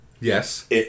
Yes